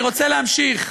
אני רוצה להמשיך,